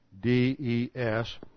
D-E-S